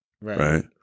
Right